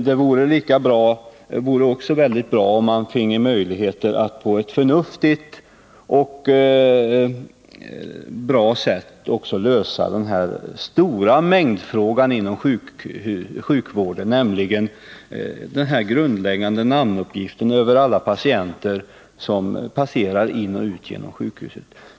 Det vore också väldigt bra om man fick möjligheter att på ett förnuftigt sätt lösa den stora mängdfrågan inom sjukvården, nämligen frågan om de grundläggande namnuppgifterna för alla patienter som passerar in och ut genom sjukhuset.